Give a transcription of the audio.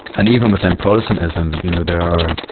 and even within protestantism, you know, there are,